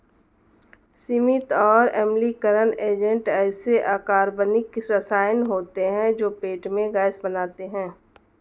सीमित और अम्लीकरण एजेंट ऐसे अकार्बनिक रसायन होते हैं जो पेट में गैस बनाते हैं